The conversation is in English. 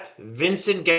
Vincent